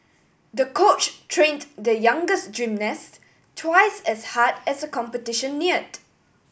the coach trained the youngers gymnast twice as hard as the competition neared